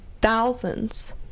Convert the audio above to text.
thousands